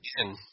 again